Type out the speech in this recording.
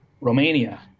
romania